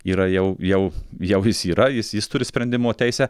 yra jau jau jau jis yra jis jis turi sprendimo teisę